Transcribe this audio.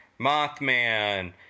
Mothman